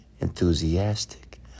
enthusiastic